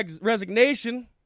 resignation